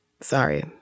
Sorry